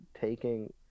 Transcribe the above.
taking